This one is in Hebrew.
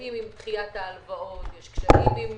קשיים עם דחיית ההלוואות, יש קשיים עם